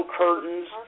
curtains